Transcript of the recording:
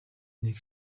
inteko